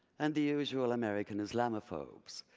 and the usual american islamo-phobes,